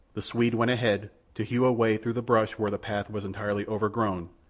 the swede went ahead, to hew a way through the brush where the path was entirely overgrown,